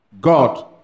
God